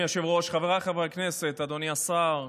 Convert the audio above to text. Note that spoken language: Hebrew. היושב-ראש, חבריי חברי הכנסת, אדוני השר,